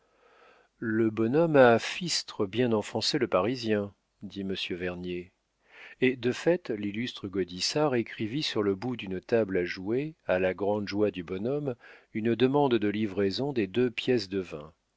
le bonhomme a fistre bien enfoncé le parisien dit monsieur vernier et de fait l'illustre gaudissart écrivit sur le bout d'une table à jouer à la grande joie du bonhomme une demande de livraison des deux pièces de vin